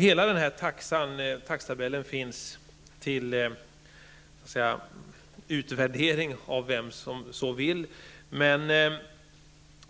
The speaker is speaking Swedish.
Hela denna taxetabell finns till utvärdering av vem som så vill.